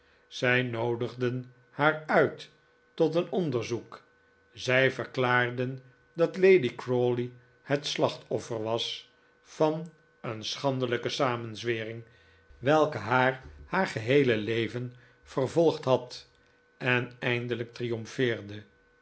zij noodigden haar uit tot een onderzoek zij verklaarden dat lady crawley het slachtoffer was van een schandelijke samenzwering welke haar haar geheele leven vervolgd had en eindelijk